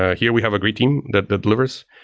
ah here we have a great team that that delivers.